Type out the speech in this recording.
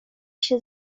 się